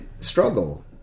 struggle